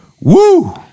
Woo